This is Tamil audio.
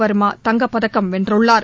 வர்மா தங்கப்பதக்கம் வென்றுள்ளார்